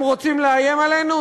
הם רוצים לאיים עלינו?